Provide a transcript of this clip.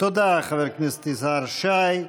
תודה, חבר הכנסת יזהר שי.